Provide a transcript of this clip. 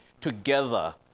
together